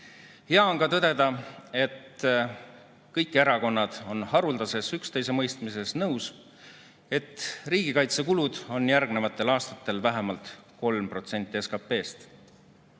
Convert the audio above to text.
Hea on ka tõdeda, et kõik erakonnad on haruldases üksteisemõistmises nõus, et riigikaitsekulud on järgnevatel aastatel vähemalt 3% SKP‑st.